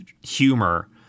humor